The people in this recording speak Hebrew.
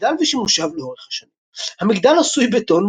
המגדל ושימושיו לאורך השנים המגדל עשוי בטון,